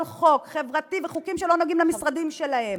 חוק חברתי וחוקים שלא נוגעים למשרדים שלהם.